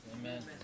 Amen